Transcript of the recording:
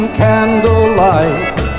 candlelight